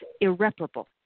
irreparable